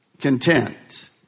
content